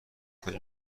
کنی